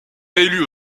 réélu